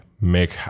make